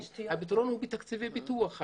הפתרון הוא בתקציבי פיתוח,